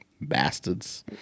bastards